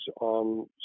on